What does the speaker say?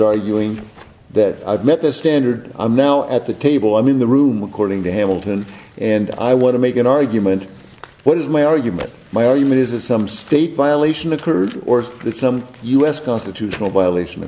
arguing that i've met this standard i'm now at the table i'm in the room according to hamilton and i want to make an argument what is my argument my argument is that some state violation occurred or that some us constitutional violation o